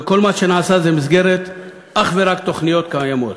וכל מה שנעשה זה אך ורק במסגרת תוכניות קיימות.